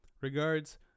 regards